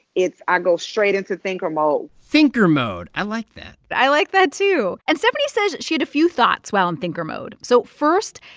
i go straight into thinker mode thinker mode i like that i like that, too. and stephanie says she had a few thoughts while in thinker mode. so first,